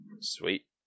Sweet